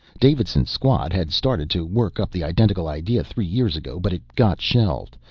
davidson's squad had started to work up the identical idea three years ago, but it got shelved.